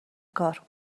کار